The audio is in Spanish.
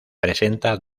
presenta